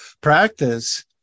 practice